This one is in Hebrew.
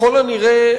ככל הנראה,